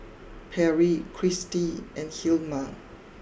Perri Kristy and Hilma